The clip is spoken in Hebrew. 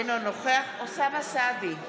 אינו נוכח אוסאמה סעדי,